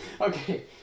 Okay